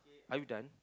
are you done